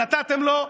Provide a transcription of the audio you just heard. נתתם לו,